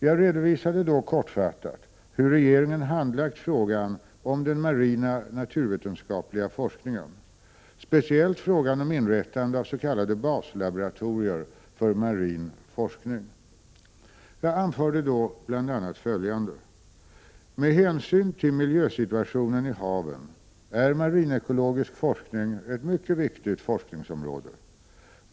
Jag redovisade då kortfattat hur regeringen handlagt frågan om den marina naturvetenskapliga forskningen, speciellt frågan om inrättandet av s.k. baslaboratorier för marin forskning. Jag anförde då bl.a. följande: ”Med hänsyn till miljösituationen i haven är marinekologisk forskning ett mycket viktigt forskningsområde.